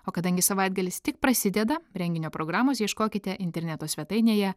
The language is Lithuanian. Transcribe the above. o kadangi savaitgalis tik prasideda renginio programos ieškokite interneto svetainėje